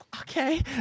Okay